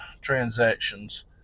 transactions